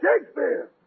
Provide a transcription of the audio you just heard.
Shakespeare